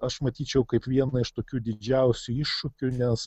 aš matyčiau kaip vieną iš tokių didžiausių iššūkių nes